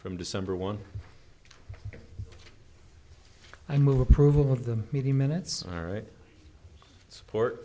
from december one i move approval of the meeting minutes all right support